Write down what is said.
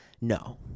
No